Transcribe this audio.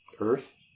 Earth